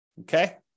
Okay